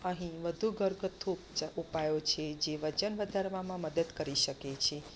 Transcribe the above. અહીં વધુ ઘરગથ્થું ઉપચા ઉપાયો છે જે વજન વધારવામાં મદદ કરી શકે છે